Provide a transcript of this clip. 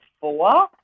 four